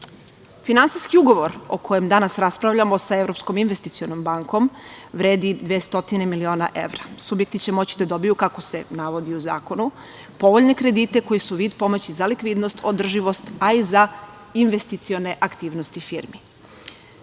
pandemije. Finansijski ugovor o kojem danas raspravljamo sa Evropskom investicionom bankom vredi 200 miliona evra. Subjekti će moći da dobiju, kako se navodi u zakonu, povoljne kredite koje su vid pomoći za likvidnost, održivost, a i za investicione aktivnosti firmi. Mi